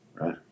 right